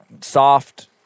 soft